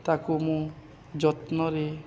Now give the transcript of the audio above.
ତାକୁ ମୁଁ ଯତ୍ନରେ